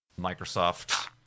Microsoft